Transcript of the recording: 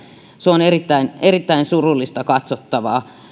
se on erittäin erittäin surullista katsottavaa